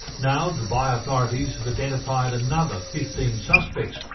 now dubai authorities have identified another fifteen suspects,